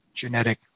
genetic